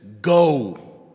go